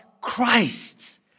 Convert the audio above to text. Christ